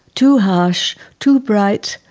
too harsh, too bright,